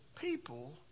people